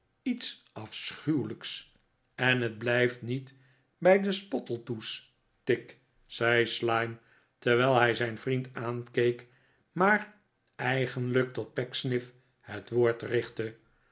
iets afschuwelijks en het blijft niet bij de spottletoe's tigg zei slyme terwijl hij zijn vriend aankeek maar eigenlijk tot pecksniff het woord richtte